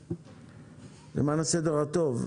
למען הסדר הטוב,